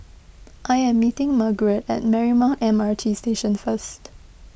I am meeting Margarette at Marymount M R T Station first